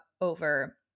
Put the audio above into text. over